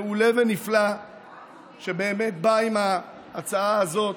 מעולה ונפלא שבאמת בא עם ההצעה הזאת,